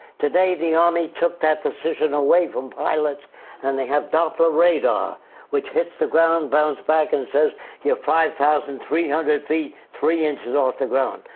today, the army took that decision away from pilots and they have doppler radar which hits the ground, bounces back and says you're five thousand, three hundred feet three inches off the ground.